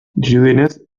dirudienez